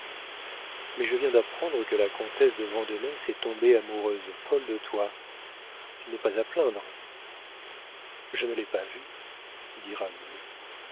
mais je viens d'apprendre que la comtesse de vandenesse est tombée amoureuse folle de toi tu n'es pas à plaindre je ne l'ai pas vue dit